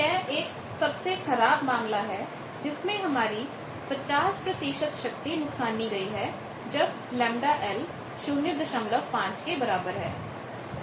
तो यह एक सबसे खराब मामला है जिसमें हमारी 50 शक्ति नुकसानी गई है जब ΓL 05 के बराबर है